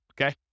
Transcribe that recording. okay